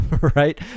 right